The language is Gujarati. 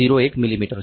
01 મીમી છે